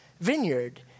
vineyard